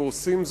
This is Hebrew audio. ועושים זאת,